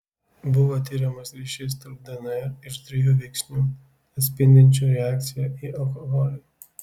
buvo tiriamas ryšys tarp dnr ir trijų veiksnių atspindinčių reakciją į alkoholį